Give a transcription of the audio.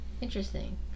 Interesting